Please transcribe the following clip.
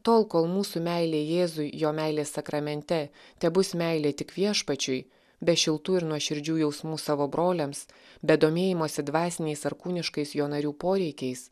tol kol mūsų meilė jėzui jo meilės sakramente tebus meilė tik viešpačiui be šiltų ir nuoširdžių jausmų savo broliams be domėjimosi dvasiniais ar kūniškais jo narių poreikiais